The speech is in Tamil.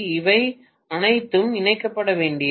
இவை அனைத்தும் இணைக்கப்பட வேண்டியவை